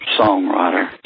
songwriter